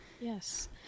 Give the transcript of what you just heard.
Yes